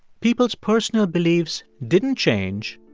people's personal beliefs didn't change,